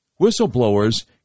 Whistleblowers